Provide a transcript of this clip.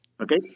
Okay